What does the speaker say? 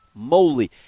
moly